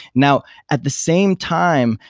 now, at the same time,